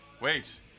wait